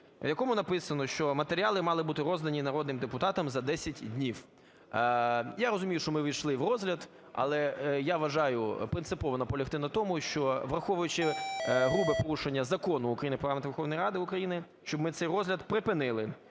в якому написано, що матеріали мали бути роздані народним депутатам за 10 днів. Я розумію, що ми увійшли в розгляд, але я вважаю принципово наполягти на тому, що, враховуючи грубе порушення Закону України "Про Регламент